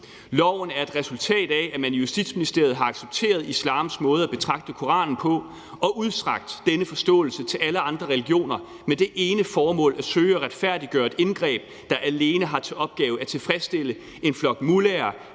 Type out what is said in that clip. Loven er et resultat af, at man i Justitsministeriet har accepteret islams måde at betragte Koranen på og udstrakt denne forståelse til alle andre religioner med det ene formål at søge at retfærdiggøre et indgreb, der alene har til opgave at tilfredsstille en flok mullaher,